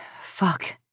Fuck